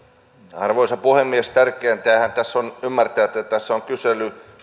arvoisa puhemies tärkeintähän tässä on ymmärtää että tässä on kyse